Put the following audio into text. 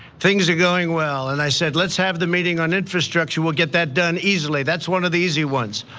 things are going well and i said, let's have the meeting on infrastructure, we'll get that done easily, that's one of the easy ones.